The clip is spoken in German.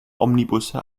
omnibusse